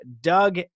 Doug